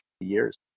years